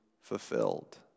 fulfilled